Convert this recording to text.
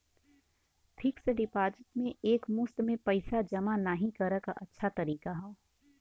fixed deposit में एक मुश्त में पइसा जमा नाहीं करे क अच्छा तरीका हौ